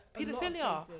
pedophilia